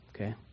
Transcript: Okay